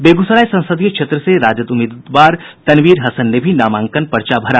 बेगूसराय संसदीय क्षेत्र से राजद उम्मीदवार तनवीर हसन ने भी नामांकन का पर्चा भरा